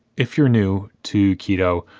if you're new to keto,